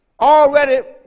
already